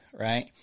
right